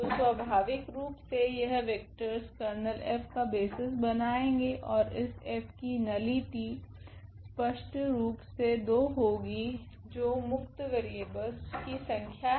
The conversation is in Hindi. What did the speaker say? तो स्वभाविक रूप से यह वेक्टरस कर्नेल F का बेसिस बनाएगे ओर इस F की नलिटी स्पष्टरूप से 2 होगी जो मुक्त वेरिएबलस की संख्या है